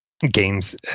games